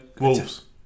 Wolves